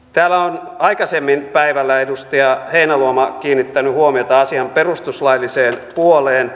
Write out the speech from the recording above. täällä on aikaisemmin päivällä edustaja heinäluoma kiinnittänyt huomiota asian perustuslailliseen puoleen